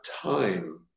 time